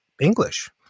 English